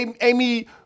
Amy